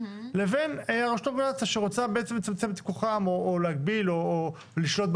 לבין רשות הרגולציה שרוצה בעצם לצמצם את כוחם או להגביל או לשלוט.